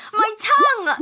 my tongue! ah